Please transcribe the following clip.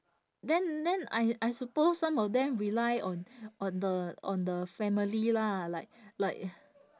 then then I I suppose some of them rely on on the on the family lah like like